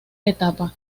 etapa